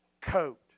coat